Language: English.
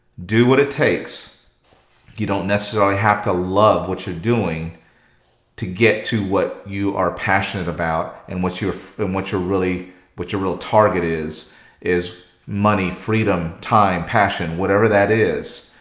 do what it takes you don't necessarily have to love what you're doing to get to what you are passionate about and what you're and what you're really what your real target is is money freedom time passion. whatever that is.